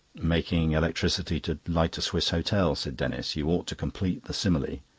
making electricity to light a swiss hotel, said denis. you ought to complete the simile.